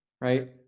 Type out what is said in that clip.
right